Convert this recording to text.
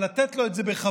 אבל לתת לו את זה בכבוד,